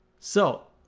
so